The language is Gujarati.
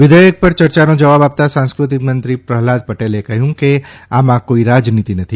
વિધેયક પર યર્યાનો જવાબ આપતા સાંસ્ક્રતિમંત્રી પ્રહલાદ પટેલે કહ્યું કે આમાં કોઇ રાજનીતી નથી